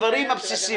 הדברים הבסיסיים.